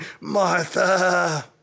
Martha